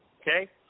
Okay